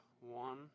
one